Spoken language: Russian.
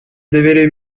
доверия